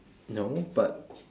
no but